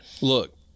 Look